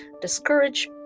discourage